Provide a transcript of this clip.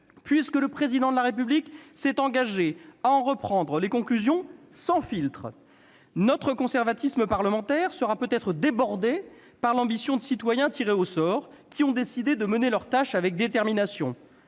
puisque le Président de la République s'est engagé à en reprendre les conclusions sans filtre. Notre conservatisme parlementaire sera peut-être débordé par l'ambition de citoyens tirés au sort qui ont décidé de mener leur tâche avec détermination.